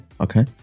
Okay